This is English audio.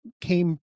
came